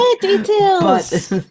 Details